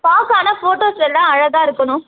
பார்க்க ஆனால் ஃபோட்டோஸ் எல்லாம் அழகாக இருக்கணும்